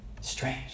strange